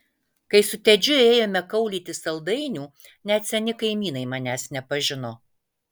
kai su tedžiu ėjome kaulyti saldainių net seni kaimynai manęs nepažino